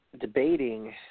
debating